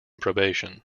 probation